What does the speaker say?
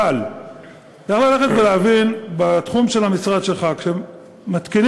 אבל דבר אחד צריך להבין בתחום של המשרד שלך: כשמתקינים